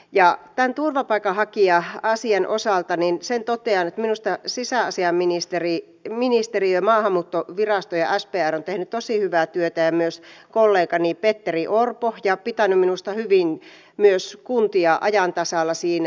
ja tämän turvapaikanhakija asian osalta sen totean että minusta sisäasiainministeriö maahanmuuttovirasto ja spr ovat tehneet tosi hyvää työtä ja myös kollegani petteri orpo ja pitäneet minusta hyvin myös kuntia ajan tasalla siinä